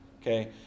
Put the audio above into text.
Okay